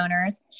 Owners